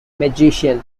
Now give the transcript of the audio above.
magician